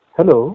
Hello